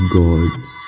gods